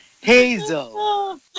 Hazel